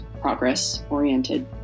progress-oriented